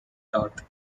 taught